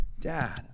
dad